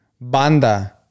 Banda